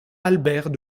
albert